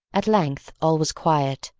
at length all was quiet,